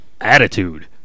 attitude